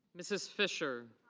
mrs. fisher.